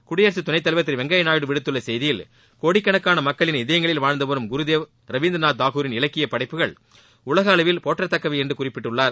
குடியரசுத் துணைத் தலைவர் திரு வெங்கய்யா நாயுடு விடுத்துள்ள செய்தியில் கோடிக்கணக்கான மக்களின் இதயங்களில் வாழ்ந்து வரும் குருதேவ் ரவீந்திரநாத் தாகூரின் இலக்கிய படைப்புகள் உலகளவில் போற்றத்தக்கவை என்று குறிப்பிட்டுள்ளார்